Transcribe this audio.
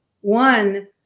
One